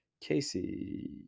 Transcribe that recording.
Casey